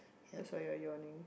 that's why you are yawning